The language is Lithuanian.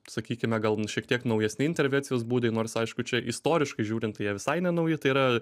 sakykime gal šiek tiek naujesni intervencijos būdai nors aišku čia istoriškai žiūrint tai jie visai ne nauji tai yra